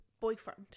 boyfriend